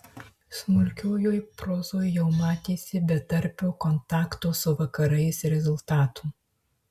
smulkiojoj prozoj jau matėsi betarpio kontakto su vakarais rezultatų